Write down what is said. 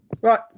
Right